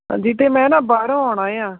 ਹਾਂਜੀ ਅਤੇ ਮੈਂ ਨਾ ਬਾਹਰੋਂ ਆਉਣਾ ਹੈ ਆ